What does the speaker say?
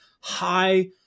high